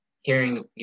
hearing